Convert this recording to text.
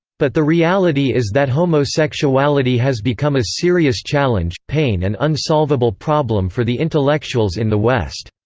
but the reality is that homosexuality has become a serious challenge, pain and unsolvable problem for the intellectuals in the west.